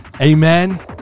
amen